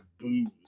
booze